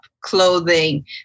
clothing